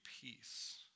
peace